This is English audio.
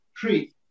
three